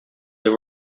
the